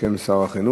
בשם שר החינוך.